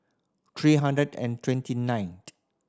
three hundred and twenty ninth